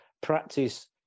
practice